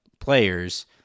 players